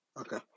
Okay